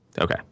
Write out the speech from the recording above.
Okay